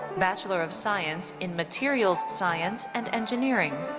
bachelor of science in materials science and engineering.